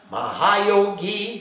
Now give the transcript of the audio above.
Mahayogi